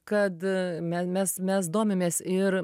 kad me mes mes domimės ir